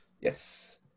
Yes